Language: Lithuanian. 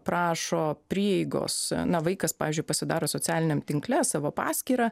prašo prieigos na vaikas pavyzdžiui pasidaro socialiniam tinkle savo paskyrą